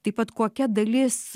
taip pat kokia dalis